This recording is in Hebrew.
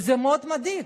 וזה מאוד מדאיג.